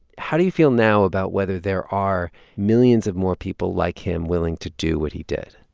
how do you feel now about whether there are millions of more people like him willing to do what he did?